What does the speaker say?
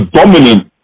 dominant